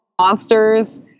Monsters